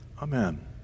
Amen